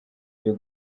iyo